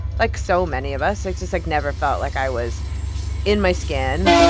like so many of us, like just like never felt like i was in my skin.